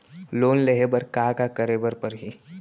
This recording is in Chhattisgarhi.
लोन लेहे बर का का का करे बर परहि?